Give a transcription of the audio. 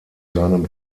seinem